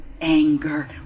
anger